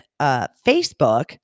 Facebook